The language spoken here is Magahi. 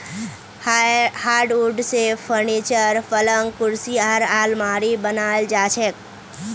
हार्डवुड स फर्नीचर, पलंग कुर्सी आर आलमारी बनाल जा छेक